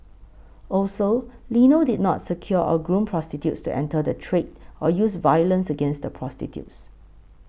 also Lino did not secure or groom prostitutes to enter the trade or use violence against the prostitutes